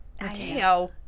Mateo